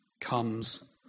comes